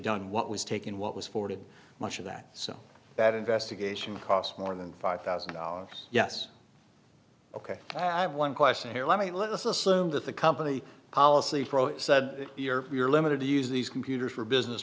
done what was taken what was forwarded much of that so that investigation cost more than five thousand dollars yes ok i have one question here let me let's assume that the company policy said we're limited to use these computers for business